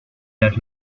las